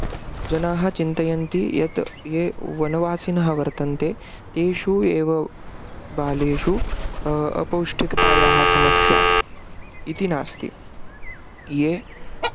जनाः चिन्तयन्ति यत् ये वनवासिनः वर्तन्ते तेषु एव बालेषु अपौष्टिकतायाः समस्या इति नास्ति ये